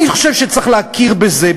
אני חושב שצריך להכיר בזה,